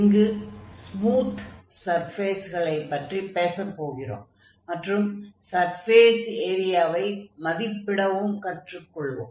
இங்கு ஸ்மூத் சர்ஃபேஸ்களை பற்றி பேச போகிறோம் மற்றும் சர்ஃபேஸ் ஏரியாவை மதிப்பிடவும் கற்றுக் கொள்வோம்